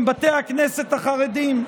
הם בתי הכנסת החרדיים,